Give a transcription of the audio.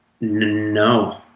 no